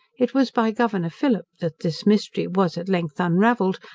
it was by governor phillip, that this mystery was at length unravelled,